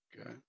Okay